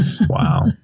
wow